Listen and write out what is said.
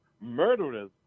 murderers